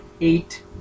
eight